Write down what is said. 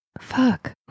Fuck